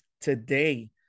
Today